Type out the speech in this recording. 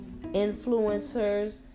influencers